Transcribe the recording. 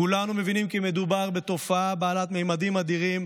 כולנו מבינים כי מדובר בתופעה בעלת ממדים אדירים,